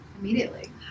immediately